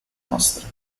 nostra